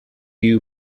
you